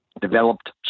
developed